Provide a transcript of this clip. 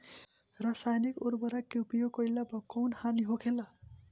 रसायनिक उर्वरक के उपयोग कइला पर कउन हानि होखेला?